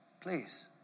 please